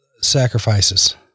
sacrifices